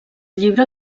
llibre